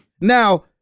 Now